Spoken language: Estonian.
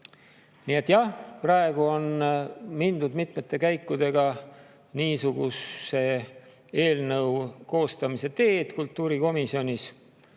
tule. Jah, praegu on mindud mitmete käikudega niisuguse eelnõu koostamise teed kultuurikomisjonis.